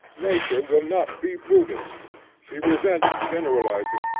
nature will not be buddhist she resents generalizing,